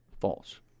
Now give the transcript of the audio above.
False